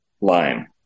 Lime